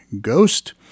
Ghost